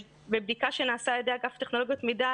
בדיקה שנעשתה על ידי אגף טכנולוגיות מידע,